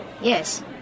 yes